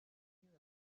knew